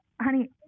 honey